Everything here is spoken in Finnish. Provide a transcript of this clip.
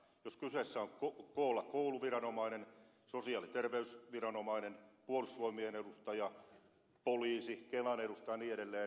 jos kyseessä on kouluviranomainen sosiaali ja terveysviranomainen puolustusvoimien edustaja poliisi kelan edustaja ja niin edelleen